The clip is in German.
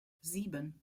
sieben